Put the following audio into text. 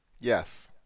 Yes